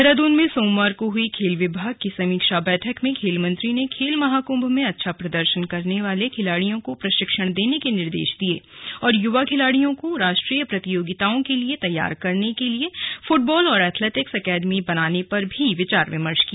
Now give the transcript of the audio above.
देहराद्न में सोमवार को हई खेल विभाग की समीक्षा बैठक में खेल मंत्री ने खेल महाकम्भ में अच्छा प्रदर्शन करने वाले खिलाड़ियों को प्रशिक्षण देने के निर्देश दिये और युवा खिलाड़ियों को ्राष्ट्रीय प्रतियोगिताओं के लिए तैयार करने के लिए फुटबॉल और एथेलेटिक्स एकेडमी बनाने पर भी विचार विमर्श किया